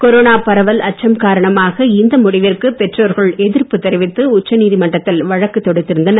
corona பரவல் அச்சம் காரணமாக இந்த முடிவிற்கு பெற்றோர்கள் எதிர்ப்பு தெரிவித்து உச்சநீதிமன்றத்தில் வழக்கு தொடுத்திருந்தனர்